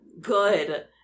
good